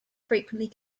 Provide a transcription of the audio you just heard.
frequently